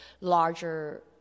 larger